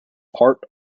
part